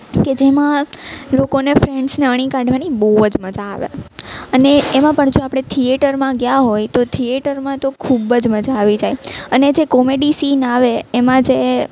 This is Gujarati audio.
કે જેમાં લોકોને ફ્રેન્ડસને અણી કાઢવાની બહુ જ મજા આવે અને એમાં પણ જો આપણે થિએટરમાં ગયા હોય તો થિએટરમાં તો ખૂબ જ મજા આવી જાય અને જે કોમેડી સીન આવે એમાં જે